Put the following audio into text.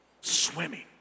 Swimming